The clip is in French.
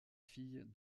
fille